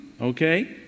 okay